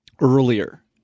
earlier